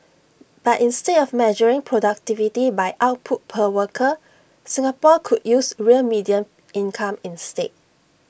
but instead of measuring productivity by output per worker Singapore could use real median income instead